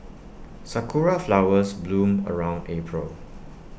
Sakura Flowers bloom around April